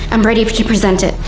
i'm ready to present it.